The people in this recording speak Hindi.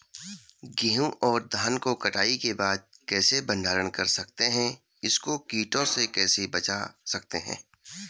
गेहूँ और धान को कटाई के बाद कैसे भंडारण कर सकते हैं इसको कीटों से कैसे बचा सकते हैं?